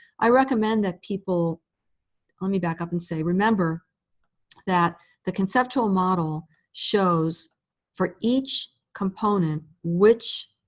i recommend that people let me back up and say, remember that the conceptual model shows for each component which